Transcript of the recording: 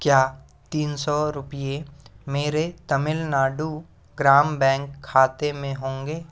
क्या तीन सौ रुपये मेरे तमिल नाडु ग्राम बैंक खाते में होंगे